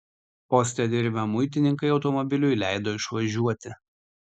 poste dirbę muitininkai automobiliui leido išvažiuoti